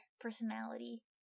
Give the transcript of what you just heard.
personality